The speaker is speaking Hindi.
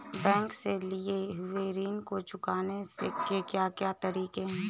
बैंक से लिए हुए ऋण को चुकाने के क्या क्या तरीके हैं?